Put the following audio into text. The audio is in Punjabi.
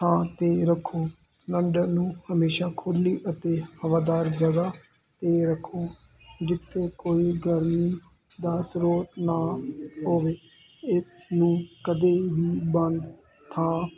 ਥਾਂ ਤੇ ਰੱਖੋ ਸਿਲੰਡਰ ਨੂੰ ਹਮੇਸ਼ਾ ਖੋਲੀ ਅਤੇ ਹਵਾਦਾਰ ਜਗਹਾ ਤੇ ਰੱਖੋ ਜਿੱਥੇ ਕੋਈ ਗਰਮੀ ਦਾ ਸਰੋਤ ਨਾ ਹੋਵੇ ਇਸ ਨੂੰ ਕਦੇ ਵੀ ਬੰਦ ਥਾਂ